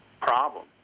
problem